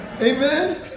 Amen